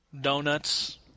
donuts –